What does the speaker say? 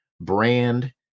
brand